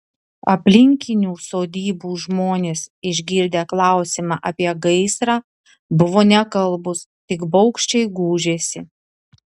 aplinkinių sodybų žmonės išgirdę klausimą apie gaisrą buvo nekalbūs tik baugščiai gūžėsi